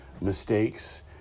mistakes